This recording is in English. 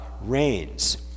reigns